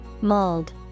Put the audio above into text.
Mold